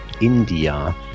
India